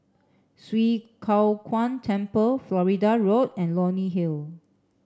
Swee Kow Kuan Temple Florida Road and Leonie Hill